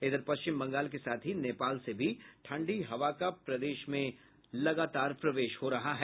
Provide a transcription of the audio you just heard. इधर पश्चिम बंगाल के साथ ही नेपाल से भी ठंडी हवा का प्रदेश में प्रवेश हो रहा है